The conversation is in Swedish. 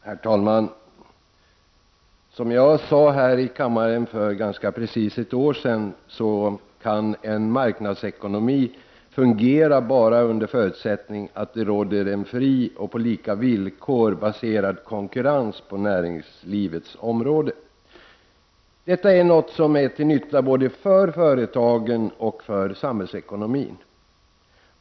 Herr talman! Som jag sade här i kammaren för ungefär ett år sedan kan en marknadsekonomi fungera bara under förutsättning att det på näringslivets område råder en fri och på lika villkor baserad konkurrens. Detta är något som är till nytta både för företagen och för samhällsekonomin.